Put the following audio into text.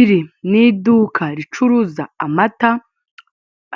Iri ni iduka ricuruza amata